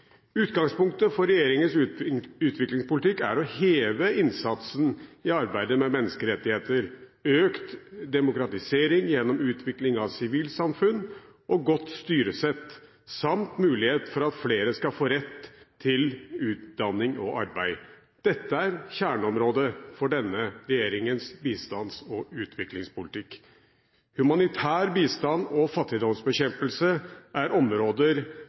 Utgangspunktet for regjeringens utviklingspolitikk er å heve innsatsen i arbeidet med menneskerettigheter, økt demokratisering gjennom utvikling av sivilsamfunn og godt styresett samt mulighet for at flere skal få rett til utdanning og arbeid. Dette er kjerneområdet for denne regjeringens bistands- og utviklingspolitikk. Humanitær bistand og fattigdomsbekjempelse er områder